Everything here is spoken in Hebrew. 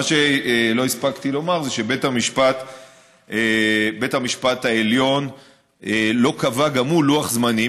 מה שלא הספקתי לומר זה שבית המשפט העליון לא קבע גם הוא לוח זמנים.